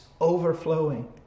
overflowing